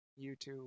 YouTube